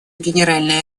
генеральная